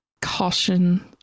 caution